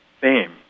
fame